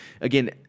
again